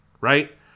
Right